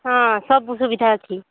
ହଁ ସବୁ ଅସୁବିଧା ଅଛି